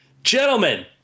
Gentlemen